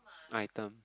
item